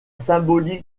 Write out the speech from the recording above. symbolique